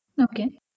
okay